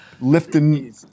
lifting